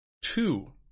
Two